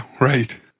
right